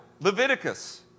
Leviticus